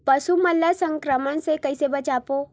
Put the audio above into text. पशु मन ला संक्रमण से कइसे बचाबो?